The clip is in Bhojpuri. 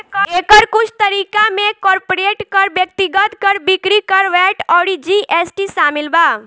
एकर कुछ तरीका में कॉर्पोरेट कर, व्यक्तिगत कर, बिक्री कर, वैट अउर जी.एस.टी शामिल बा